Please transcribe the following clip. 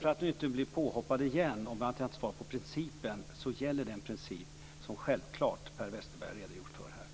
För att nu inte bli påhoppad igen för att jag inte svarar på frågan om principen vill jag säga att självfallet gäller den princip som Per Westerberg redogjort för här.